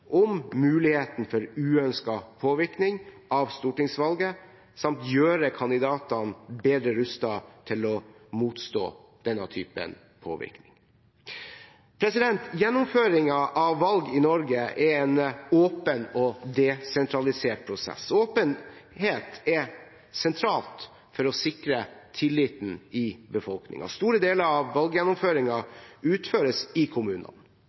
om muligheten for uønsket påvirkning av stortingsvalget samt gjøre kandidatene bedre rustet til å motstå denne typen påvirkning. Gjennomføringen av valg i Norge er en åpen og desentralisert prosess. Åpenhet er sentralt for å sikre tilliten i befolkningen. Store deler av valggjennomføringen utføres i kommunene.